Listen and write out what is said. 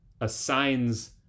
assigns